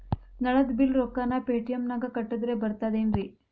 ನಳದ್ ಬಿಲ್ ರೊಕ್ಕನಾ ಪೇಟಿಎಂ ನಾಗ ಕಟ್ಟದ್ರೆ ಬರ್ತಾದೇನ್ರಿ?